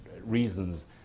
reasons